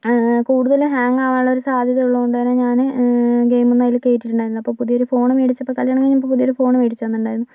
കൂടുതല് ഹാങ് ആവാനുള്ളൊരു സാധ്യത ഉള്ളതുകൊണ്ട് തന്നെ ഞാൻ ഗെയിമൊന്നും അതില് കേറ്റിട്ടിണ്ടാർന്നില്ല അപ്പോൾ പുതിയൊരു ഫോണ് മേടിച്ചപ്പോൾ കല്യാണം കഴിഞ്ഞപ്പോൾ പുതിയൊരു ഫോണ് മേടിച്ച് തന്നിട്ടുണ്ടാർന്നു